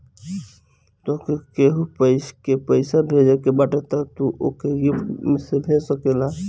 तोहके केहू के पईसा भेजे के बाटे तअ तू ओके निफ्ट से भेज सकेला